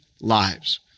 lives